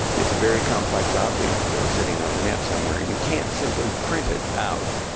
it's a very complex object sitting on the net somewhere. and you can't simply print it out.